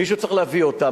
מישהו צריך להביא אותם.